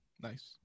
nice